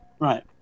Right